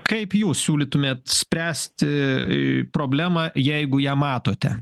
kaip jūs siūlytumėt spręsti į problemą jeigu ją matote